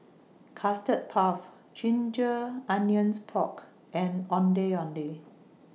Custard Puff Ginger Onions Pork and Ondeh Ondeh